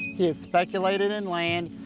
he had speculated in land,